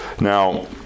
Now